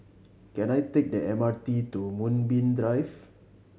can I take the M R T to Moonbeam Drive